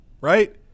right